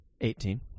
Eighteen